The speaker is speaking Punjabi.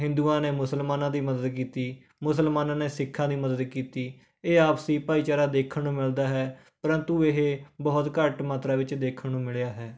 ਹਿੰਦੂਆਂ ਨੇ ਮੁਸਲਮਾਨਾਂ ਦੀ ਮਦਦ ਕੀਤੀ ਮੁਸਲਮਾਨਾਂ ਨੇ ਸਿੱਖਾਂ ਦੀ ਮਦਦ ਕੀਤੀ ਇਹ ਆਪਸੀ ਭਾਈਚਾਰਾ ਦੇਖਣ ਨੂੰ ਮਿਲਦਾ ਹੈ ਪਰੰਤੂ ਇਹ ਬਹੁਤ ਘੱਟ ਮਾਤਰਾ ਵਿੱਚ ਦੇਖਣ ਨੂੰ ਮਿਲਿਆ ਹੈ